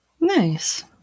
Nice